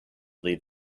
leave